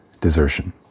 desertion